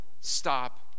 stop